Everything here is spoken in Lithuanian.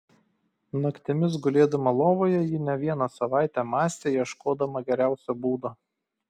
naktimis gulėdama lovoje ji ne vieną savaitę mąstė ieškodama geriausio būdo